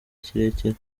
kirekire